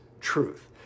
truth